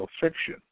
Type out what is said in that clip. fiction